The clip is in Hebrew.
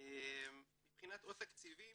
מבחינת עוד תקציבים